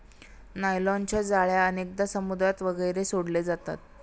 नायलॉनच्या जाळ्या अनेकदा समुद्रात वगैरे सोडले जातात